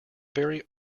very